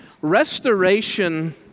Restoration